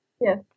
Yes